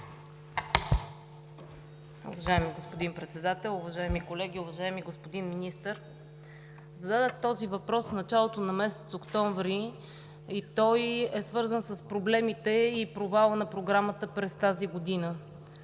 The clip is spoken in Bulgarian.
Уважаеми господин Председател, уважаеми колеги! Уважаеми господин Министър, зададох този въпрос в началото на месец октомври и той е свързан с проблемите и провала на Програмата през тази година.